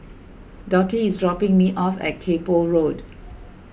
Dottie is dropping me off at Kay Poh Road